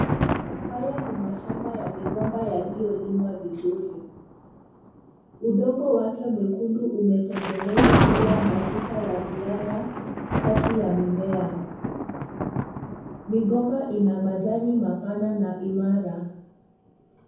Haya ni mashamba ya migomba yaliyolimwa vizuri. Udongo wake mwekundu umetengenezwa kuwa matuta ya mianya kati ya mimea. Migomba ina majani mapana na imara.